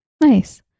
Nice